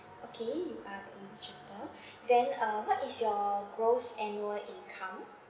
okay you are eligible then uh what is your gross annual income